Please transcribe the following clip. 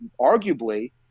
arguably